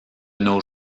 nos